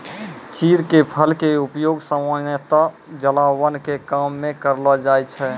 चीड़ के फल के उपयोग सामान्यतया जलावन के काम मॅ करलो जाय छै